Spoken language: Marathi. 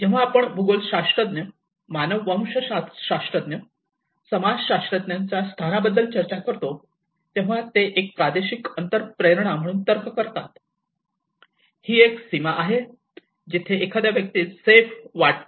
जेव्हा आपण भूगोलशास्त्रज्ञ मानववंशशास्त्रज्ञ समाजशास्त्रज्ञांच्या स्थानाबद्दल चर्चा करतो तेव्हा ते एक प्रादेशिक अंतःप्रेरणा म्हणून तर्क करतात ही एक सीमा आहे जिथे एखाद्या व्यक्तीस सेफ वाटते